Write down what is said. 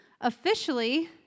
officially